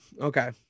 Okay